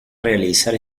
realizar